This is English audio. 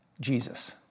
Jesus